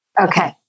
Okay